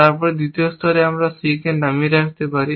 তারপর দ্বিতীয় স্তরে আমরা C নামিয়ে রাখতে পারি